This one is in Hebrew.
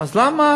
אז למה